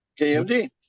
KMD